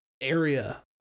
area